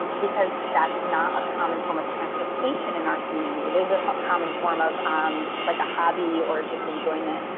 because that's not a common form of transportation in our community. it is a common form of um like a hobby or just enjoyment.